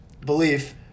belief